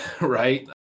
right